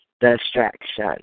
distraction